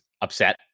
upset